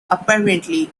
apparently